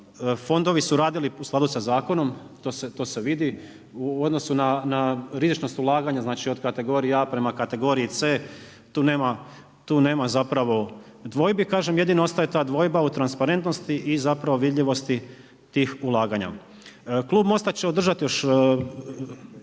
fondovi su radili u skladu sa zakonom, to se vidi u odnosu na rizičnost ulaganja, znači od kategorije A prema kategorije C tu nema zapravo dvojbi, kažem, jedino ostaje ta dvojba u transparentnosti i zapravo vidljivosti tih ulaganja. Klub Mosta će održati još